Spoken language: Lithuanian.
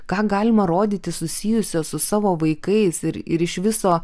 ką galima rodyti susijusio su savo vaikais ir ir iš viso